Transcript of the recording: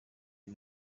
ibi